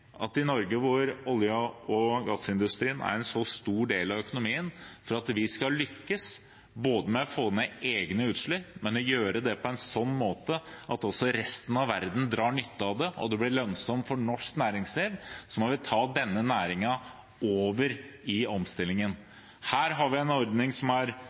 en så stor del av økonomien skal lykkes med å få ned egne utslipp og gjøre det på en sånn måte at resten av verden drar nytte av det, og at det blir lønnsomt for norsk næringsliv, må vi ta denne næringen over i omstillingen. Her har vi en ordning som er